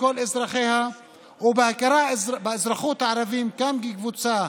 כל אזרחיה ובהכרה באזרחות הערבים גם כקבוצה